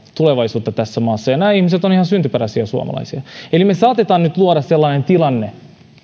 tulevaisuutta tässä maassa ja nämä ihmiset ovat ihan syntyperäisiä suomalaisia eli me saatamme nyt luoda sellaisen tilanteen